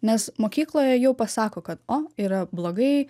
nes mokykloje jau pasako kad o yra blogai